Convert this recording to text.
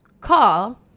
Call